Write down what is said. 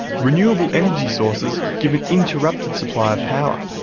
renewable energy sources give an interrupted supply of power,